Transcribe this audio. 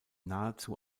nahezu